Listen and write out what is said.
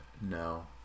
No